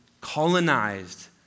colonized